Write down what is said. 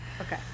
Okay